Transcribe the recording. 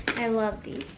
i love these